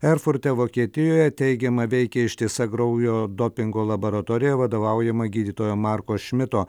erfurte vokietijoje teigiamai veikia ištisa kraujo dopingo laboratorija vadovaujama gydytojo marko šmito